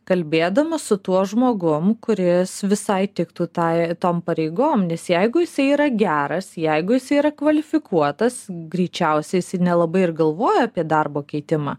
kalbėdamas su tuo žmogum kuris visai tiktų tai tom pareigom nes jeigu jisai yra geras jeigu jisai yra kvalifikuotas greičiausiai nelabai ir galvoja apie darbo keitimą